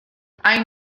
hain